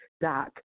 Doc